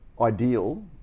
ideal